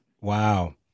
Wow